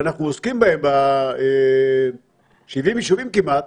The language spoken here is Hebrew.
שאנחנו עוסקים בהם, ב-70 יישובים כמעט